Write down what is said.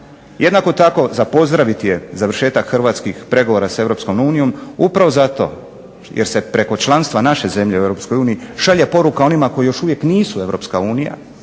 Jednako tako za pozdraviti je završetak hrvatskih pregovora s Europskom unijom upravo zato jer se preko članstva naše zemlje u Europskoj uniji šalje poruka onima koji još uvijek nisu